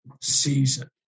season